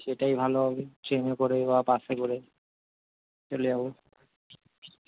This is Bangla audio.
সেটাই ভালো হবে ট্রেনে করে বা বাসে করে চলে যাবো